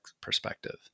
perspective